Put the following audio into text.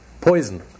Poison